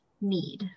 need